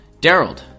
Daryl